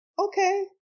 okay